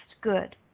good